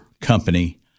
company